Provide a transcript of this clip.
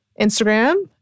Instagram